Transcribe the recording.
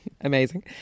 Amazing